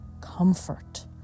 comfort